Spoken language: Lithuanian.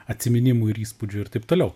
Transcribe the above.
atsiminimų ir įspūdžių ir taip toliau